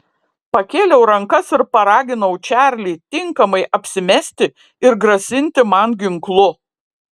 pakėliau rankas ir paraginau čarlį tinkamai apsimesti ir grasinti man ginklu